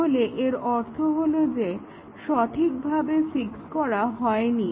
তাহলে এর অর্থ হলো যে সঠিকভাবে ফিক্স করা হয়নি